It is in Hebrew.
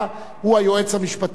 הוא היועץ המשפטי לכנסת.